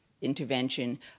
intervention